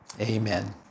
Amen